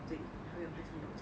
对还有派上用场